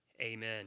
Amen